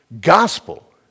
gospel